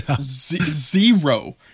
zero